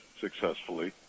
successfully